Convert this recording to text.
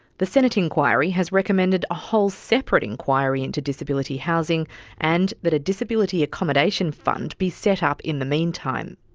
the senate inquiry has recommended a whole separate inquiry into disability housing and that a disability accommodation fund be set up in the meantime.